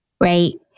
right